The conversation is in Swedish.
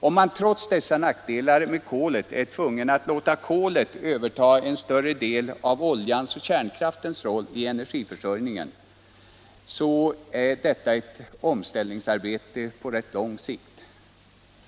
Om man trots dessa nackdelar med kolet är tvungen att låta kolet överta en större del av oljans och kärnkraftens roll i energiförsörjningen, så är detta ett omställningsarbete på rätt lång sikt.